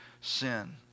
sin